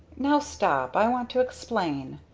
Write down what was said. now stop i want to explain.